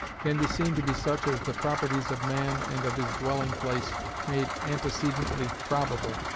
can be seen to be such as the properties of man and of his dwelling-place made antecedently probable,